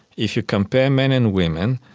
if you compare men and women,